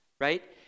right